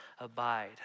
abide